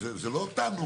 הרי, זה לא העניין.